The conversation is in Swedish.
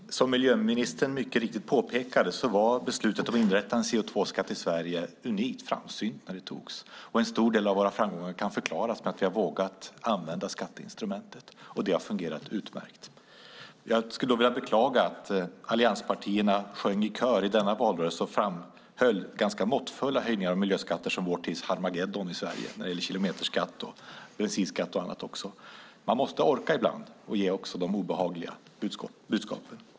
Fru talman! Som miljöministern mycket riktigt påpekade var beslutet om inrättande av en CO2-skatt i Sverige unikt och framsynt när det fattades. En stor del av våra framgångar kan förklaras med att vi vågat använda skatteinstrumentet, och det har fungerat utmärkt. Jag vill beklaga att allianspartierna sjöng i kör i denna valrörelse och framhöll ganska måttfulla höjningar av miljöskatter som vår tids Harmagedon i Sverige. Det gäller kilometerskatt, bensinskatt och annat. Man måste orka ibland att också ge de obehagliga budskapen.